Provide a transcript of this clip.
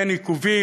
אין עיכובים,